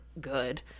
good